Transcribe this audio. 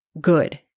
good